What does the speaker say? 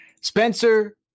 Spencer